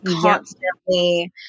constantly